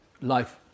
life